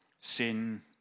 sin